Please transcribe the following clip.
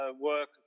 work